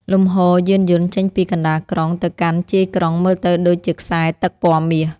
លំហូរយានយន្តចេញពីកណ្ដាលក្រុងទៅកាន់ជាយក្រុងមើលទៅដូចជាខ្សែទឹកពណ៌មាស។